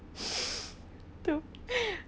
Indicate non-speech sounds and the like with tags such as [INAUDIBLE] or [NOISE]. [LAUGHS] true